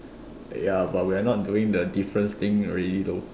ya but we are not doing the difference thing already though